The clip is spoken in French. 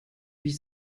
huit